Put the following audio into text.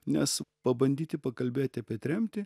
nes pabandyti pakalbėti apie tremtį